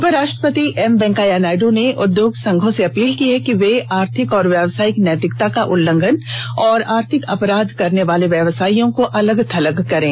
उपराष्ट्रपति एम वेंकैया नायड् ने उद्योग संघों से अपील की है कि वे आर्थिक और व्यावसायिक नैतिकता का उल्लंघन और आर्थिक अपराध करने वाले व्यावसायियों को अलग थलग करें